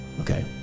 Okay